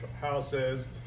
houses